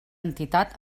entitat